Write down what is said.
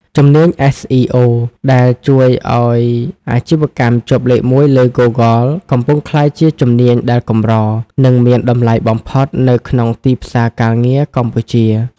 ជំនាញ SEO ដែលជួយឱ្យអាជីវកម្មជាប់លេខ១លើ Google កំពុងក្លាយជាជំនាញដែលកម្រ និងមានតម្លៃបំផុតនៅក្នុងទីផ្សារការងារកម្ពុជា។